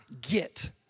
get